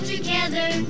together